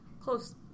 close